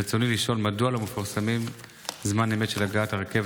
ברצוני לשאול: מדוע לא מפרסמים את זמן אמת של הגעת הרכבת